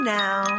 now